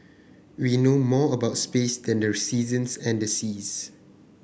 we know more about space than the seasons and the seas